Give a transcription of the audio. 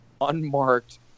unmarked